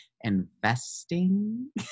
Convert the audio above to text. investing